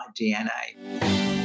DNA